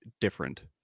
different